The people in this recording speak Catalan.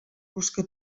busca